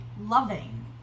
loving